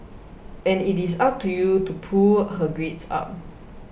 and it is up to you to pull her grades up